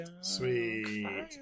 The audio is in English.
Sweet